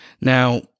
Now